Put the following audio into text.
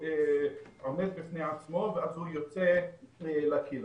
עומד בפני עצמו ואז הוא יוצא לקהילה.